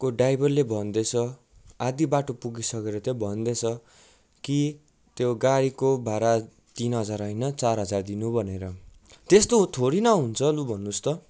को ड्राइभरले भन्दैछ आधा बाटो पुगिसकेर चाहिँ भन्दैछ कि त्यो गाडीको भाडा तिन हजार होइन चार हजार दिनु भनेर त्यस्तो थोडी न हुन्छ लु भन्नुहोस् त